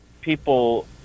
people